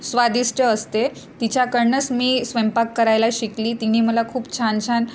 स्वादिष्ट असते तिच्याकडनं मी स्वयंपाक करायला शिकली तिने मला खूप छान छान